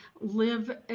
live